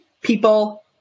people